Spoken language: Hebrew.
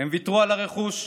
הם ויתרו על הרכוש,